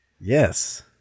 Yes